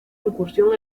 incursión